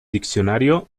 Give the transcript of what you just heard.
diccionario